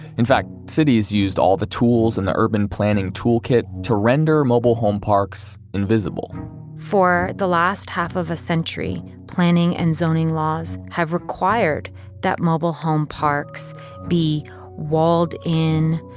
in fact, cities used all the tools in their urban planning toolkit to render mobile home parks invisible for the last half of a century, planning and zoning laws have required that mobile home parks be walled in,